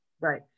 Right